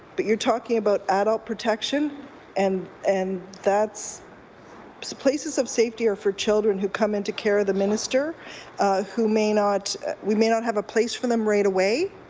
but you're talking about adult protection and and that's so places of safety are for children who come into care of the minister who may not we may not have a place for them right away.